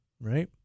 right